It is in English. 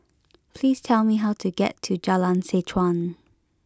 please tell me how to get to Jalan Seh Chuan